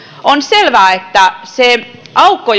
on selvää että se aukko